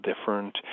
different